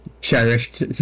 cherished